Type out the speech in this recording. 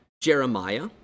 Jeremiah